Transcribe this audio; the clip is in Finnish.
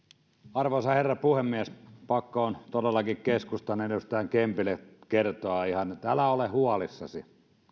arvoisa herra puhemies pakko on todellakin keskustan edustaja kempille ihan kertoa että älä ole huolissasi